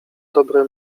dobre